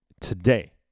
today